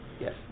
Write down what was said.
yes